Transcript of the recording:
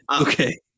okay